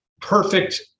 perfect